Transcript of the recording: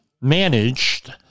managed